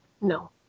No